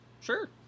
Sure